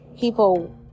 people